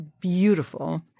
beautiful